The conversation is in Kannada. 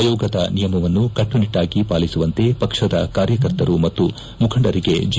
ಆಯೋಗದ ನಿಯಮವನ್ನು ಕಟ್ಟುನಿಟ್ಲಾಗಿ ಪಾಲಿಸುವಂತೆ ಪಕ್ಷದ ಕಾರ್ಯಕರ್ತರು ಹಾಗೂ ಮುಖಂಡರಿಗೆ ಜೆ